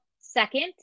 Second